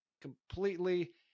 completely